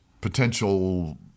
potential